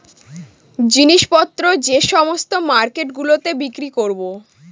জিনিস পত্র যে সমস্ত মার্কেট গুলোতে বিক্রি করবো